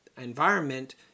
environment